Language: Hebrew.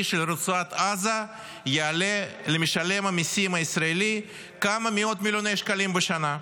של רצועת עזה יעלה למשלם המיסים הישראלי כמה מאות מיליוני שקלים בשנה,